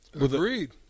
Agreed